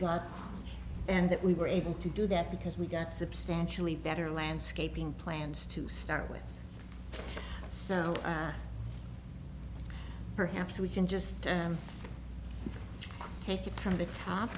got and that we were able to do that because we got substantially better landscaping plans to start with so perhaps we can just take it from the top